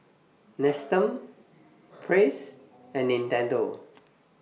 Nestum Praise and Nintendo